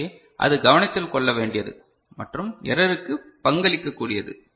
எனவே அது கவனத்தில் கொள்ள வேண்டியது மற்றும் எரருக்கு பங்களிக்க கூடியது